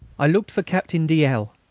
i looked for captain de l,